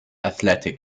athletic